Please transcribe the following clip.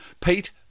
Pete